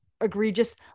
egregious